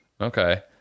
Okay